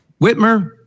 Whitmer